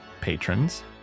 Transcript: patrons